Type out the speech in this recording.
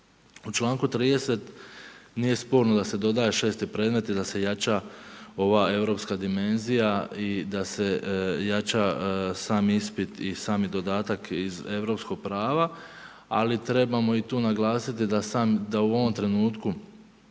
U čl. 30. nije sporno da se dodaje 6 predmet i da se jača ova europska dimenzija i da se jača sam ispit i sami dodatak iz europskog prava. Ali, trebamo i tu naglasiti da u ovom trenutku,